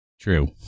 True